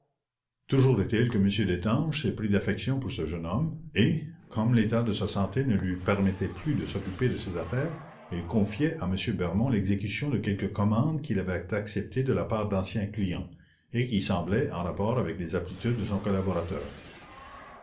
toujours est-il que m destange s'est pris d'affection pour ce jeune homme et comme l'état de sa santé ne lui permettait plus de s'occuper de ses affaires il confia à m bermond l'exécution de quelques commandes qu'il avait acceptées de la part d'anciens clients et qui semblaient en rapport avec les aptitudes de son collaborateur